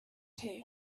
two